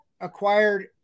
acquired